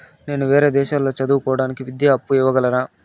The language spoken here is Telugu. నేను వేరే దేశాల్లో చదువు కోవడానికి విద్యా అప్పు ఇవ్వగలరా?